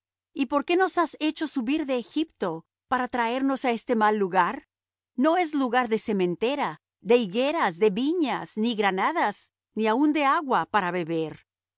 y por qué nos has hecho subir de egipto para traernos á este mal lugar no es lugar de sementera de higueras de viñas ni granadas ni aun de agua para beber